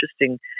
interesting